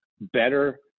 better